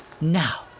Now